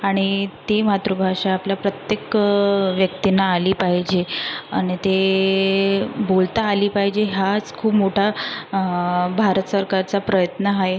आणि ती मातृभाषा आपल्या प्रत्येक व्यक्तींना आली पाहिजे आणि ते बोलता आली पाहिजे हाच खूप मोठा भारत सरकारचा प्रयत्न आहे